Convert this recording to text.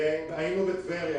היינו בטבריה.